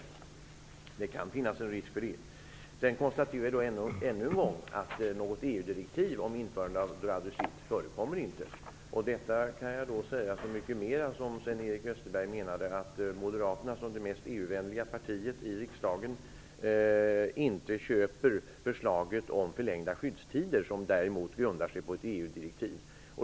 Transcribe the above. Den risken kan finnas. Än en gång konstaterar jag att något EU-direktiv om införande av droit de suite inte förekommer. Sven-Erik Österberg menade ju att Moderaterna, som det mest EU-vänliga partiet i riksdagen, inte köper förslaget om förlängda skyddstider, vilket däremot grundar sig på ett EU-direktiv.